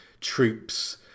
troops